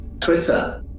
Twitter